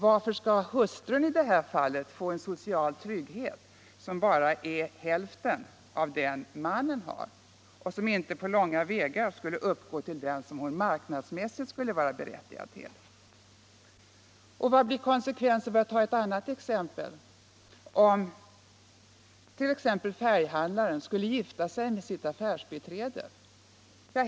Varför skall hustrun i det här fallet få en social trygghet som bara är hälften av den mannen har och som inte på långa vägar skulle uppgå till den som hon med marknadsmässig lön och beskattning skulle vara berättigad till? Och vad blir, för att ta ett annat exempel, konsekvensen om färghandlaren skulle gifta sig med sitt affärsbiträde?